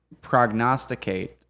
prognosticate